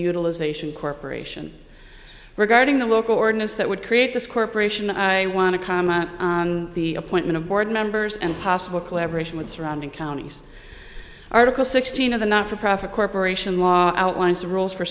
utilization corporation regarding the local ordinance that would create this corporation i want to comment on the appointment of board members and possible collaboration with surrounding counties article sixteen of the not for profit corporation law outlines the rules for